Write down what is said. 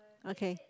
okay